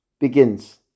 begins